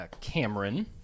Cameron